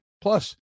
plus